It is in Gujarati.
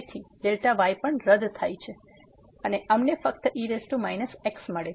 તેથી y પણ રદ થાય છે અને અમને ફક્ત e x મળે છે